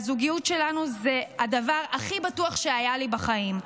והזוגיות שלנו זה הדבר הכי בטוח שהיה לי בחיים.